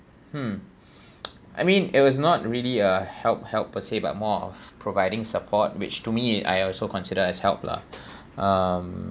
hmm I mean it was not really a help help per se but more of providing support which to me I also consider as help lah um